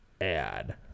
add